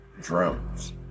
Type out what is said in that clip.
drones